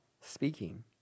speaking